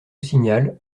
signal